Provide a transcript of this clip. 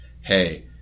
hey